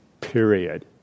period